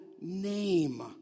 name